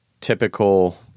typical